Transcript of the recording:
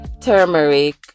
turmeric